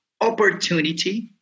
opportunity